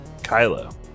Kylo